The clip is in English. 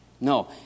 No